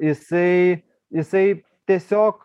jisai jisai tiesiog